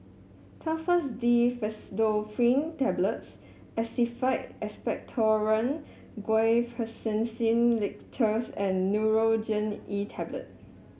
Telfast D Pseudoephrine Tablets Actified Expectorant Guaiphenesin Linctus and Nurogen E Tablet